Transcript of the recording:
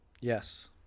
Yes